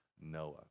Noah